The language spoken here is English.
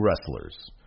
wrestlers